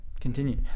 continue